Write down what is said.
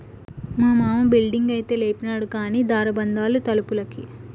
మా మామ బిల్డింగైతే లేపినాడు కానీ దార బందాలు తలుపులకి